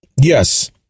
Yes